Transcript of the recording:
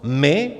My?